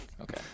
Okay